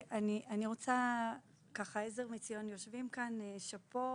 יושבים כאן ׳עזר מציון׳ ומגיע להם שאפו.